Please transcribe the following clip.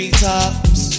Treetops